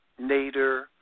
Nader